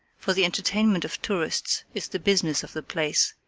for the entertainment of tourists is the business of the place,